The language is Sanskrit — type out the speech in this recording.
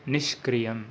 निष्क्रियम्